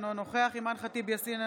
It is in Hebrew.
אינו נוכח אימאן ח'טיב יאסין,